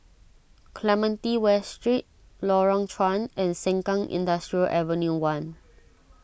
Clementi West Street Lorong Chuan and Sengkang Industrial Ave one